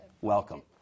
Welcome